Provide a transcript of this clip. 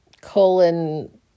colon